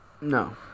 No